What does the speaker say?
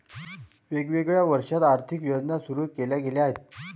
वेगवेगळ्या वर्षांत आर्थिक योजना सुरू केल्या गेल्या आहेत